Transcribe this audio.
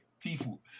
people